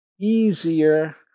easier